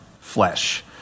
flesh